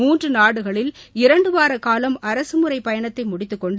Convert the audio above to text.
மூன்று நாடுகளில் இரண்டுவார ஊலம் அரசுமுறை பயணத்தை முடித்துக்கொண்டு